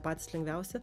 patys lengviausi